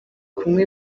kunywa